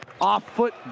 off-foot